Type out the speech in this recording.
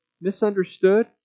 misunderstood